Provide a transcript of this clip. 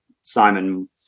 Simon